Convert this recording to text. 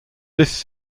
this